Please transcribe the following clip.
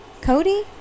Cody